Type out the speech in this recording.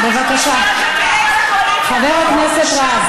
בבקשה, חבר הכנסת רז.